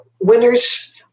winners